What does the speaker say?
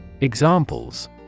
Examples